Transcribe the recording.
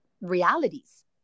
realities